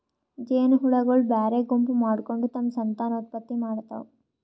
ಜೇನಹುಳಗೊಳ್ ಬ್ಯಾರೆ ಗುಂಪ್ ಮಾಡ್ಕೊಂಡ್ ತಮ್ಮ್ ಸಂತಾನೋತ್ಪತ್ತಿ ಮಾಡ್ತಾವ್